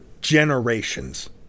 generations